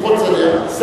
אתה.